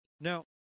Now